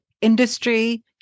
industry